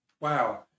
Wow